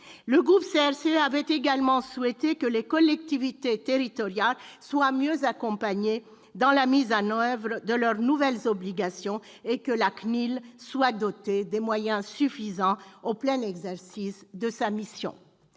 Le groupe CRCE avait également souhaité que les collectivités territoriales soient mieux accompagnées dans la mise en oeuvre de leurs nouvelles obligations et que la CNIL soit dotée des moyens suffisants au plein exercice de sa mission.